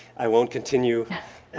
i won't continue.